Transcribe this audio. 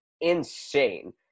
insane